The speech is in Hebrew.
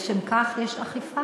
לשם כך יש אכיפה.